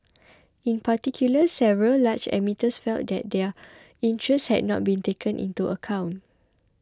in particular several large emitters felt that their interests had not been taken into account